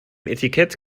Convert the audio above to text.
etikett